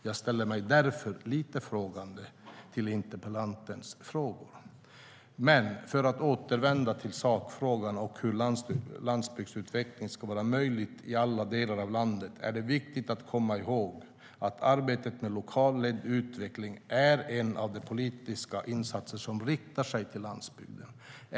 Jag ställer mig därför lite frågande till interpellantens frågor. För att återvända till sakfrågan och hur landsbygdsutveckling ska vara möjlig i alla delar av landet är det viktigt att komma ihåg att arbetet med lokalt ledd utveckling är en av de politiska insatser som riktar sig till landsbygden.